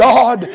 God